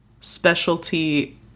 Specialty